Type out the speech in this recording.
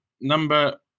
number